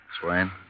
Swain